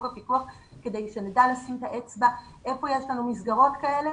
הפיקוח כדי שנדע לשים את האצבע היכן יש לנו מסגרות כאלה.